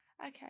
Okay